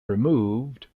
removed